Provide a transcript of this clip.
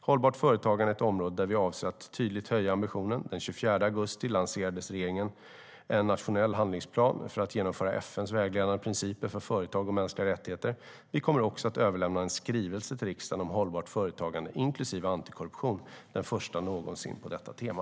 Hållbart företagande är ett område där vi avser att tydligt höja ambitionen. Den 24 augusti lanserade regeringen en nationell handlingsplan för att genomföra FN:s vägledande principer för företag och mänskliga rättigheter. Vi kommer också att överlämna en skrivelse till riksdagen om hållbart företagande inklusive antikorruption - den första någonsin på detta tema.